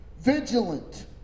vigilant